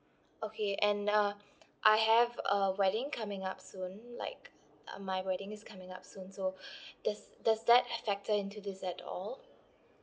okay and uh I have a wedding coming up soon like uh my wedding is coming up soon so does does that ha~ factor into this at all